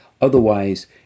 Otherwise